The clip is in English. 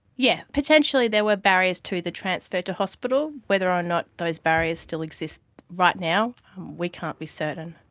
yeah potentially there were barriers to the transfer to hospital, whether or not those barriers still exist right now we can't be certain.